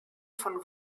von